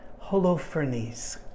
Holofernes